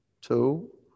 two